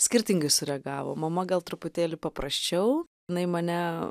skirtingai sureagavo mama gal truputėlį paprasčiau nai mane